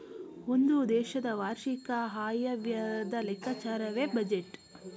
ಒಂದು ದೇಶದ ವಾರ್ಷಿಕ ಆಯವ್ಯಯದ ಲೆಕ್ಕಾಚಾರವೇ ಬಜೆಟ್